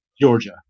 Georgia